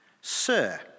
Sir